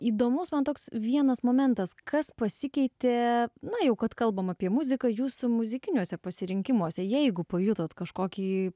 įdomus man toks vienas momentas kas pasikeitė na jau kad kalbama apie muziką jūsų muzikiniuose pasirinkimuose jeigu pajutote kažkokį